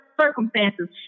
circumstances